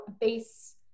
base